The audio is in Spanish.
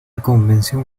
convención